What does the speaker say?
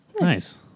Nice